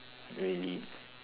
really